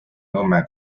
nõmme